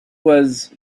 was